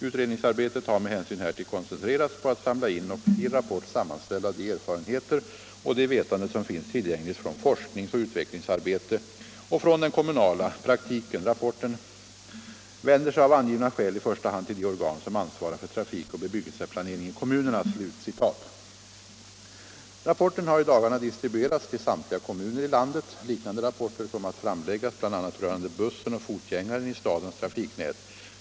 Utredningsarbetet har med hänsyn härtill koncentrerats på att samla in och i en rapport sammanställa de erfarenheter och det vetande som finns tillgängligt från forskningsoch utvecklingsarbete och från den kommunala praktiken. Rapporten vänder sig av angivna skäl i första hand till de organ som ansvarar för trafikoch bebyggelseplanering i kommunerna”. Rapporten har i dagarna distribuerats till samtliga kommuner i landet. Liknande rapporter kommer att framläggas bl.a. rörande bussen och fotgängaren i stadens trafiknät.